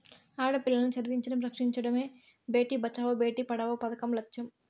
ఆడపిల్లల్ని చదివించడం, రక్షించడమే భేటీ బచావో బేటీ పడావో పదకం లచ్చెం